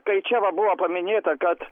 kai čia va buvo paminėta kad